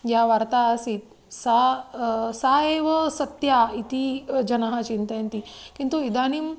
या वार्ता आसीत् सा सा एव सत्या इति जनाः चिन्तयन्ति किन्तु इदानीम्